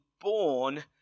born